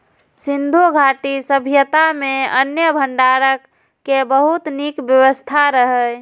सिंधु घाटी सभ्यता मे अन्न भंडारण के बहुत नीक व्यवस्था रहै